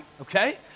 okay